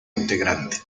integrante